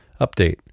Update